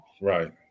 right